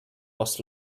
was